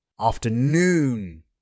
Afternoon